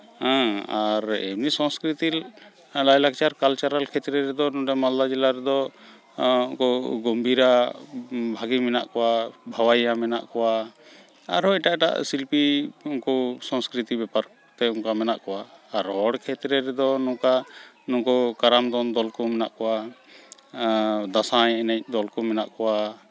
ᱦᱮᱸ ᱟᱨ ᱮᱢᱱᱤ ᱥᱚᱝᱥᱠᱨᱤᱛᱤ ᱞᱟᱭᱼᱞᱟᱠᱪᱟᱨ ᱠᱟᱞᱪᱟᱨᱟᱞ ᱠᱷᱮᱛᱨᱮ ᱨᱮᱫᱚ ᱱᱚᱸᱰᱮ ᱢᱟᱞᱫᱟ ᱡᱮᱞᱟ ᱨᱮᱫᱚ ᱩᱱᱠᱩ ᱜᱚᱢᱵᱷᱤᱨᱟ ᱵᱷᱟᱹᱜᱤ ᱢᱮᱱᱟᱜ ᱠᱚᱣᱟ ᱵᱷᱟᱵᱟᱭᱭᱟ ᱢᱮᱱᱟᱜ ᱠᱚᱣᱟ ᱟᱨᱦᱚᱸ ᱮᱴᱟᱜ ᱮᱴᱟᱜ ᱥᱤᱞᱯᱤ ᱩᱱᱠᱩ ᱥᱚᱝᱥᱠᱨᱤᱛᱤ ᱵᱮᱯᱟᱨ ᱠᱚᱛᱮ ᱚᱱᱠᱟ ᱢᱮᱱᱟᱜ ᱠᱚᱣᱟ ᱟᱨ ᱨᱚᱲ ᱠᱷᱮᱛᱨᱮ ᱨᱮᱫᱚ ᱱᱚᱝᱠᱟ ᱱᱩᱝᱠᱩ ᱠᱟᱨᱟᱢ ᱫᱚᱱ ᱫᱚᱞ ᱠᱚ ᱢᱮᱱᱟᱜ ᱠᱚᱣᱟ ᱟᱨ ᱫᱟᱸᱥᱟᱭ ᱮᱱᱮᱡᱽ ᱫᱚᱞ ᱠᱚ ᱢᱮᱱᱟᱜ ᱠᱚᱣᱟ